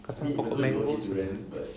pokok mango